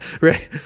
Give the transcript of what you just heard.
right